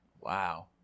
Wow